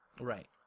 Right